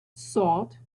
salt